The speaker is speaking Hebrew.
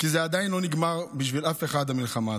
כי זה עדיין לא נגמר בשביל אף אחד, המלחמה הזאת,